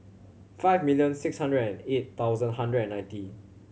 five million six hundred and eight thousand hundred and ninety